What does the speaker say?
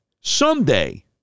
someday